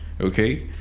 Okay